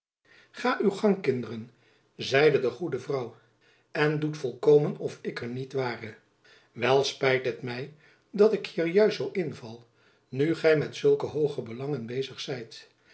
gaat uw gang kinderen zeide de goede vrouw en doet volkomen of ik er niet ware wel spijt het my dat ik hier juist zoo inval nu gy met zulke jacob van lennep elizabeth musch hooge belangen bezig zijt